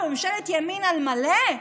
ממשלה, או ממשלת ימין על מלא?